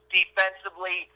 Defensively